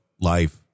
life